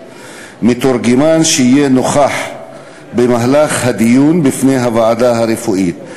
מתורגמן שיהיה נוכח בדיון לפני הוועדה הרפואית,